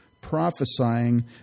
prophesying